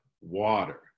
water